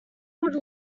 would